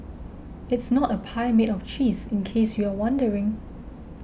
it's not a pie made of cheese in case you're wondering